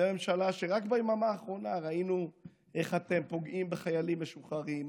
אתם ממשלה שרק ביממה האחרונה ראינו איך אתם פוגעים בחיילים משוחררים,